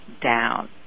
down